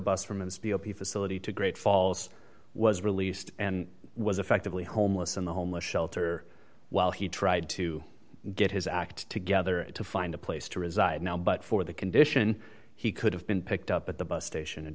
opi facility to great falls was released and was effectively homeless in the homeless shelter while he tried to get his act together to find a place to reside now but for the condition he could have been picked up at the bus station and